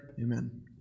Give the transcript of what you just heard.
Amen